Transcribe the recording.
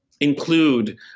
include